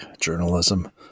journalism